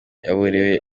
yaburiwe